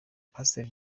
pasiteri